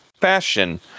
fashion